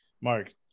Mark